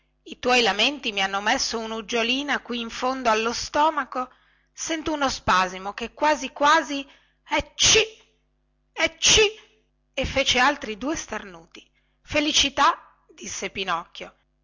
i tuoi lamenti mi hanno messo unuggiolina in fondo allo stomaco sento uno spasimo che quasi quasi etcì etcì e fece altri due starnuti felicità disse pinocchio